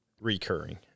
recurring